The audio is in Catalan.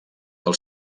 del